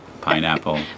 pineapple